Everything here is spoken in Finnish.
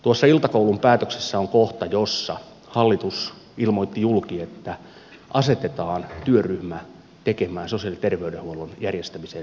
tuossa iltakoulun päätöksessä on kohta jossa hallitus ilmoitti julki että asetetaan työryhmä tekemään sosiaali ja terveydenhuollon järjestämiseen liittyvää valmistelua